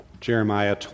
Jeremiah